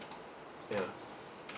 ya